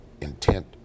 intent